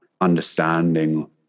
understanding